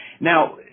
now